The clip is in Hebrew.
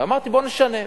אמרתי, בואו נשנה.